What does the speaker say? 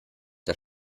der